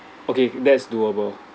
okay that's doable